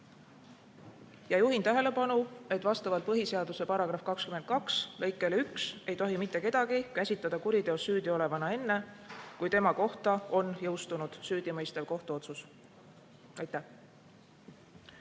Juhin tähelepanu, et vastavalt põhiseaduse § 22 lõikele 1 ei tohi kedagi käsitada kuriteos süüdiolevana enne, kui tema kohta on jõustunud süüdimõistev kohtuotsus. Aitäh!